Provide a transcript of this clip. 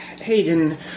Hayden